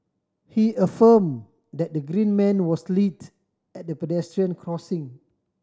he affirm that the green man was lit at the pedestrian crossing